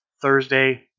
Thursday